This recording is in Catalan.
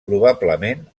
probablement